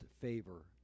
favor